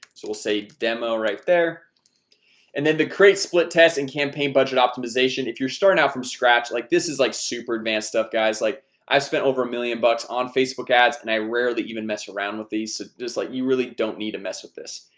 so we'll say demo right there and then to create split test and campaign budget optimization if you're starting out from scratch like this is like super advanced stuff guys like i've spent over a million bucks on facebook ads and i rarely even mess around with these so just like you really don't need a mess with this.